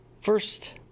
first